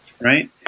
Right